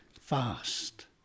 fast